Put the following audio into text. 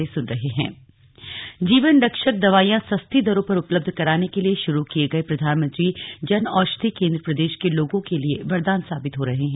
जन औषधि केंद्र टिहरी जीवन रक्षक दवाइयां सस्ती दरों पर उपलब्ध कराने के लिए शुरू किये गए प्रधानमंत्री जन औषधि केंद्र प्रदेश के लोगों के लिए वरदान साबित हो रहे हैं